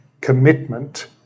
commitment